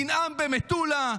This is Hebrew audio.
תנאם במטולה,